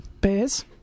bears